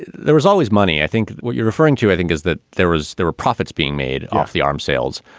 there was always money. i think what you're referring to, i think, is that there was there were profits being made off the arms sales.